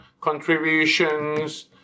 contributions